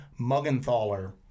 Muggenthaler